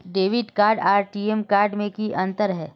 Debit card आर T M card में की अंतर है?